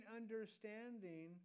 understanding